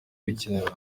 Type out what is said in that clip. gukinana